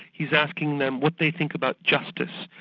he's asking them what they think about justice,